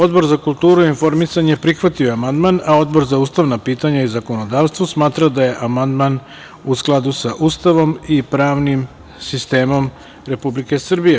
Odbora za kulturu i informisanje prihvatio je amandman, a Odbor za ustavna pitanja i zakonodavstvo smatra da je amandman u skladu sa Ustavom i pravnim sistemom Republike Srbije.